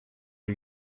who